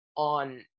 On